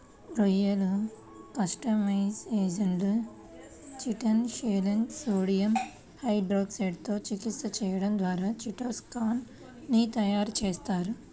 రొయ్యలు, క్రస్టేసియన్ల చిటిన్ షెల్లను సోడియం హైడ్రాక్సైడ్ తో చికిత్స చేయడం ద్వారా చిటో సాన్ ని తయారు చేస్తారు